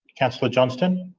councillor johnston